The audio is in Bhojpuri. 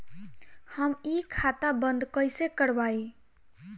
हम इ खाता बंद कइसे करवाई?